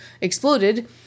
exploded